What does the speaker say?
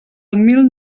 mil